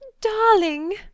Darling